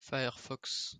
firefox